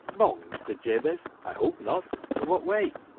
wrong, mr. jabez? i hope not! in what way?